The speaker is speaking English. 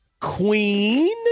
Queen